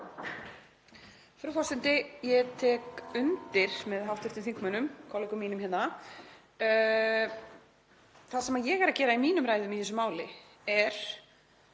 Frú forseti. Ég tek undir með hv. þingmönnum, kollegum mínum hérna. Það sem ég er að gera í mínum ræðum í þessu máli er